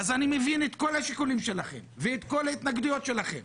אז אני מבין את כל השיקולים שלכם ואת כל ההתנגדויות שלכם,